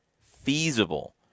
feasible